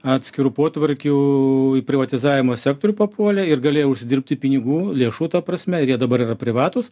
atskiru potvarkiu į privatizavimo sektorių papuolė ir galėjo užsidirbti pinigų lėšų ta prasme ir jie dabar yra privatūs